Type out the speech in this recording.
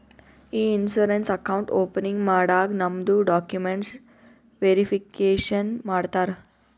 E insurance account opening ಮಾಡಾಗ್ ನಮ್ದು documents verification ಮಾಡ್ತಾರ